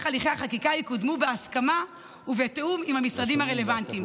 הליכי החקיקה יקודמו בהסכמה ובתיאום עם המשרדים הרלוונטיים.